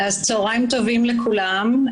צוהריים טובים לכולם.